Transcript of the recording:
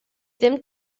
ddim